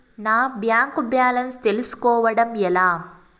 నా bank balance తెలుస్కోవడం ఎలా?